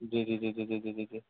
جی جی جی جی جی جی جی جی